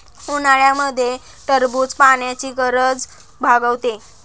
उन्हाळ्यामध्ये टरबूज पाण्याची गरज भागवते